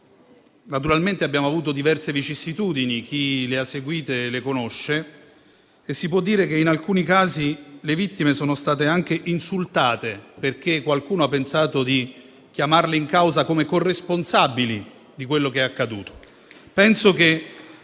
terremoto. Abbiamo avuto diverse vicissitudini - chi le ha seguite le conosce - e si può dire che in alcuni casi le vittime sono state anche insultate, perché qualcuno ha pensato di chiamarle in causa come corresponsabili di quello che è accaduto.